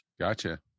Gotcha